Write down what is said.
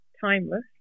timeless